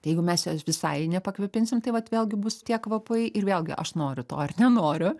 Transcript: tai jeigu mes jos visai nepakvėpinsim tai vat vėlgi bus tie kvapai ir vėlgi aš noriu to ar nenoriu